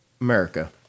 America